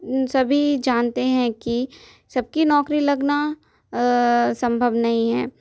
सभी जानते हैं कि सबकी नौकरी लगना संभव नहीं है